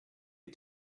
you